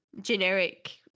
generic